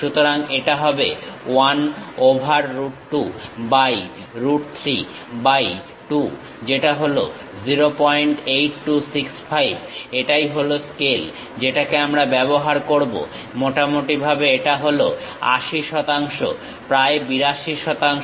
সুতরাং এটা হবে 1 over root 2 by root 3 by 2 যেটা হলো 08165 এটাই হলো স্কেল যেটাকে আমরা ব্যবহার করব মোটামুটি ভাবে এটা হল 80 শতাংশ প্রায় 82 শতাংশ